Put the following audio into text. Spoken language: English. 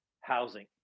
housing